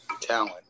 talent